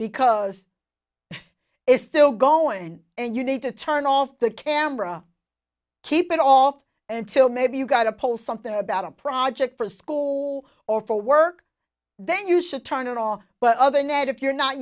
because it's still going on and you need to turn off the camera keep it all off until maybe you got a poll something about a project for school or for work then you should turn it on but other night if you're not